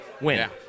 win